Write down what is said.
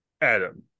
Adam